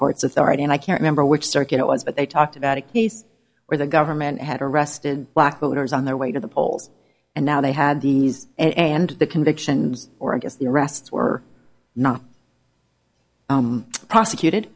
court's authority and i can't remember which circuit it was but they talked about a case where the government had arrested black voters on their way to the polls and now they had these and the convictions or i guess the arrests were not prosecuted